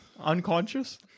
unconscious